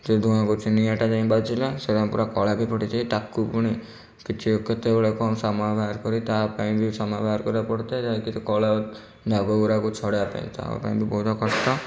ସେ ଧୂଆଁ କହୁଛି ନିଆଁଟା ଯାଇ ବାଜିଲା ସେଇଟା ପୁରା କଳା ବି ପଡ଼ିଯାଏ ତାକୁ ପୁଣି କିଛି କେତେବଳେ କ'ଣ ସମୟ ବାହାର କରି ତା'ପାଇଁ ବି ସମୟ ବାହାର କରିବାକୁ ପଡ଼ିଥାଏ ଯାହାକି ସେ କଳା ଦାଗ ଗୁଡ଼ାକ ଛଡ଼ାଇବା ପାଇଁ ତା'ପାଇଁ ବି ବହୁତ କଷ୍ଟ